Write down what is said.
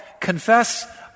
Confess